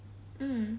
mm